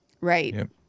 Right